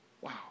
Wow